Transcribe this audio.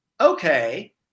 okay